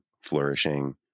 flourishing